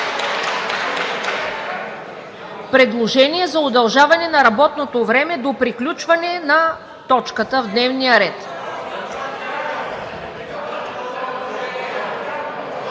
Предложение за удължаване на работното време до приключване на точката в дневния ред.